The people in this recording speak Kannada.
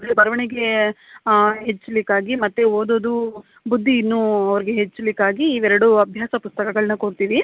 ಬರವಣಿಗೇ ಹೆಚ್ಚಲಿಕ್ಕಾಗಿ ಮತ್ತೆ ಓದೋದೂ ಬುದ್ದಿ ಇನ್ನು ಅವರಿಗೆ ಹೆಚ್ಚಲಿಕ್ಕಾಗಿ ಇವೆರಡು ಅಭ್ಯಾಸ ಪುಸ್ತಕಗಳನ್ನು ಕೊಡ್ತೀವಿ